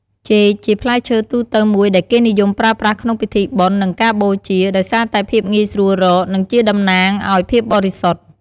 ចេក ជាផ្លែឈើទូទៅមួយដែលគេនិយមប្រើប្រាស់ក្នុងពិធីបុណ្យ និងការបូជា ដោយសារតែភាពងាយស្រួលរក និងជាតំណាងឱ្យភាពបរិសុទ្ធ។